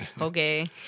okay